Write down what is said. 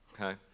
Okay